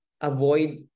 Avoid